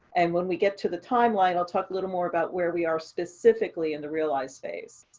and when we get to the timeline, i'll talk a little more about where we are specifically in the realize phase.